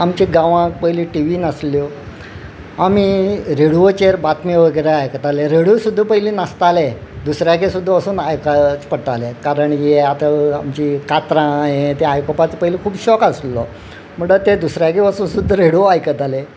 आमचे गांवांक पयलीं टि व्ही नासल्यो आमी रेडियोचेर बातम्यो वगैरा आयकताले रेडियो सुद्दां पयलीं नासताले दुसऱ्याक सुद्दां वचून आयकुचें पडटालें कारण हें आतां आमचीं कांतरां हें तें आयकोपाचो पयलीं खूब शौक आशिल्लो म्हणटच ते दुसऱ्यागेर वचून सुद्दां रेडयो आयकताले